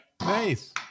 nice